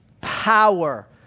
power